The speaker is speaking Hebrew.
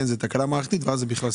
זו תקלה מערכתית ואז זה בכלל סיפור.